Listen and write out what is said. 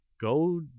go